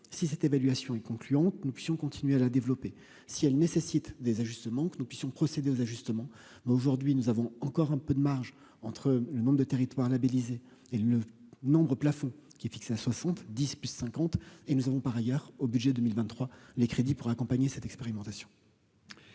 si cette évaluation est concluante, nous puissions continuer à la développer si elle nécessite des ajustements que nous puissions procéder aux ajustements mais aujourd'hui nous avons encore un peu de marge entre le nombre de territoires labélisés et le nombre plafond qui est fixé à 60, dispute cinquante et nous avons par ailleurs au budget 2023 les crédits pour accompagner cette expérimentation.